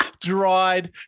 Dried